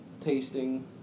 tasting